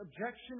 objection